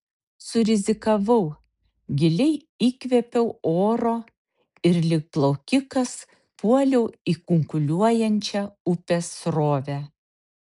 surizikavau giliai įkvėpiau oro ir lyg plaukikas puoliau į kunkuliuojančią upės srovę